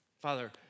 Father